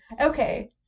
okay